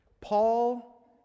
Paul